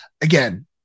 again